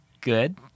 good